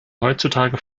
heutzutage